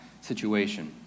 situation